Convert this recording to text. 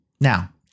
Now